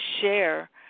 share